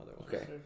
okay